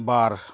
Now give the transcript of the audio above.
ᱵᱟᱨ